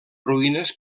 ruïnes